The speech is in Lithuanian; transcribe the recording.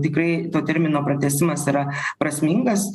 tikrai to termino pratęsimas yra prasmingas